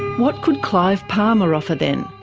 what could clive palmer offer, then?